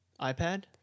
iPad